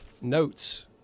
notes